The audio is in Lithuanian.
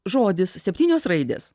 žodis septynios raidės